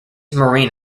marine